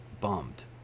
bummed